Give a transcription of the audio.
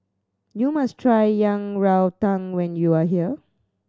you must try Yang Rou Tang when you are here